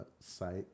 site